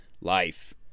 life